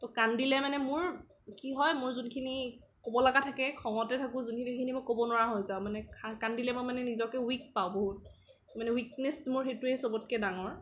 ত' কান্দিলে মানে মোৰ কি হয় মোৰ যোনখিনি ক'ব লগা থাকে খঙতে থাকোঁ যোনখিনি সেইখিনি ক'ব নোৱাৰা হৈ যাওঁ মানে কান্দিলে মই মানে নিজকে উইক পাওঁ বহুত মানে উইকনেছ মোৰ সেইটোৱে চবতকৈ ডাঙৰ